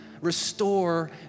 restore